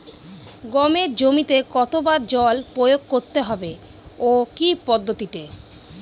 গমের জমিতে কতো বার জল প্রয়োগ করতে হবে ও কি পদ্ধতিতে?